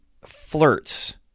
flirts